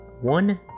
One